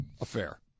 affair